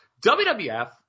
WWF